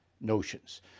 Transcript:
notions